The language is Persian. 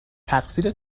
تقصیر